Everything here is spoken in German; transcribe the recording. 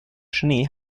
schnee